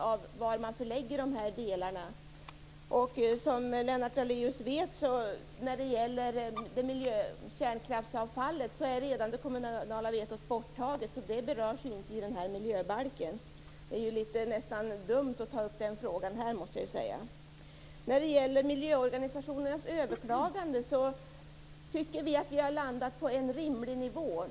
Som Lennart Daléus vet är det kommunala vetot redan borttaget när det gäller kärnkraftsavfallet, så det berörs inte i den här miljöbalken. Det är nästan dumt att ta upp den frågan här. När det gäller miljöorganisationernas överklagande tycker vi att vi har landat på en rimlig nivå.